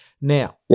now